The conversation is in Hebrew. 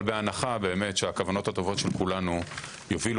אבל בהנחה באמת שהכוונות הטובות של כולנו יובילו